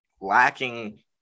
lacking